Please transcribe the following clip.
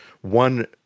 one